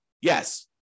Yes